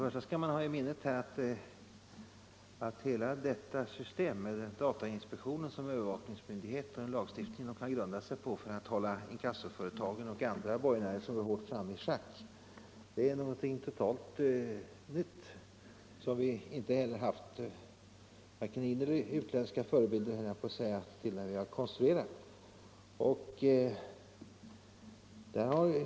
Man skall ha i minnet att hela systemet med datainspektionen som övervakningsmyndighet och en lagstiftning som datainspektionen kan grunda sig på för att hålla inkassobolagen och andra borgenärer som går hårt fram i schack är något totalt nytt, som vi inte haft vare sig inhemska eller utländska förebilder till när vi konstruerat det.